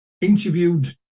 interviewed